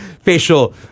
facial